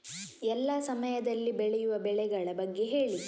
ಎಲ್ಲಾ ಸಮಯದಲ್ಲಿ ಬೆಳೆಯುವ ಬೆಳೆಗಳ ಬಗ್ಗೆ ಹೇಳಿ